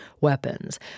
weapons